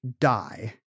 die